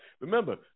Remember